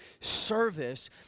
service